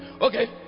Okay